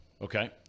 Okay